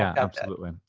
absolutely.